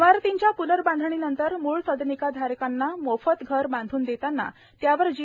इमारतींच्या प्नर्बांधणीनंतर मूळ सदनिकाधारकांना मोफत घर बांधून देतांना त्यावर जी